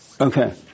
Okay